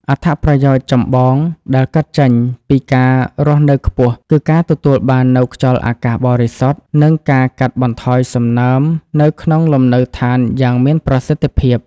អត្ថប្រយោជន៍ចម្បងដែលកើតចេញពីការរស់នៅខ្ពស់ គឺការទទួលបាននូវ ខ្យល់អាកាសបរិសុទ្ធ និងការកាត់បន្ថយសំណើមនៅក្នុងលំនៅដ្ឋានយ៉ាងមានប្រសិទ្ធភាព។